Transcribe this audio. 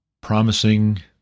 promising